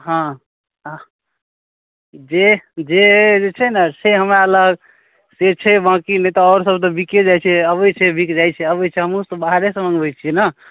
हाँ अह जे जे छै ने से हमरालग से छै बाकी नहि तऽ आओरसब तऽ बिकिए जाइ छै अबै छै बिकि जाइ छै अबै छै हमहूँसब बाहरेसँ मँगबै छी ने